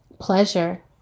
pleasure